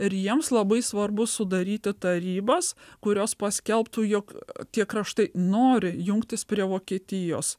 ir jiems labai svarbu sudaryti tarybas kurios paskelbtų jog tie kraštai nori jungtis prie vokietijos